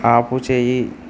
ఆపుచేయి